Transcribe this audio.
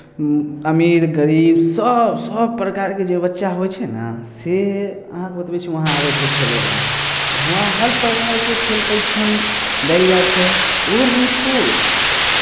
अमीर गरीबसभ सभ प्रकारके जे बच्चा होइ छै ने से अहाँकेँ बतबै छी वहाँ अबै छै खेलय लेल आ हुआँ हर प्रकारके खेल परीक्षण देल जाइ छै ओहो निःशुल्क